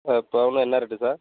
பவுனுலாம் என்ன rate sir